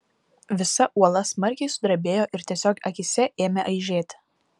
visa uola smarkiai sudrebėjo ir tiesiog akyse ėmė aižėti